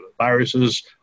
viruses